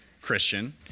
Christian